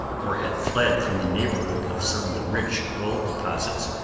or had fled from the neighborhood of some of the rich gold deposits,